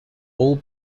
all